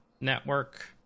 network